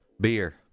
beer